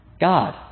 God